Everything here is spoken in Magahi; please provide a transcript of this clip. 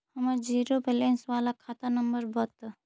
हमर जिरो वैलेनश बाला खाता नम्बर बत?